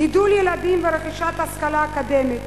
גידול ילדים ורכישת השכלה אקדמית,